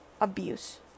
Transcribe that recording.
abuse